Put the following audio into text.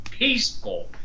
peaceful